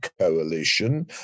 Coalition